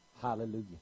Hallelujah